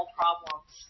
problems